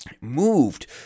moved